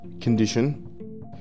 condition